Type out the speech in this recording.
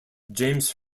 james